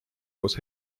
koos